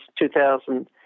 2000